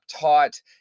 taught